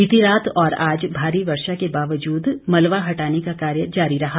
बीती रात और आज भारी वर्षा के बावजूद मलबा हटाने का कार्य जारी रहा